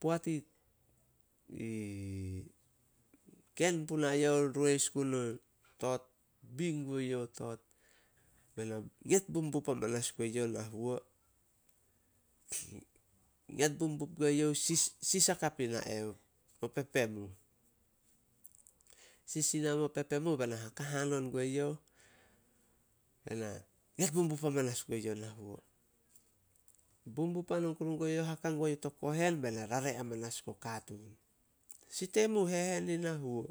Poat i ken punai yuh, rois gun o tot, bi go tot. Bena nget bumbum amanas gue yuh na huo. Nget bumbum gue yuh, sis- sis hakap ina eh mo pepem uh. Sis ina mo pepem uh bena haka hanon gue youh. Bena nget bumbum amanas gue youh na huo. Bumbum hanon kuru gue yuh, haka guai youh to kohen bena rare amanas guo katuun, "Si temu hehen nin na huo?"